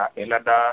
elada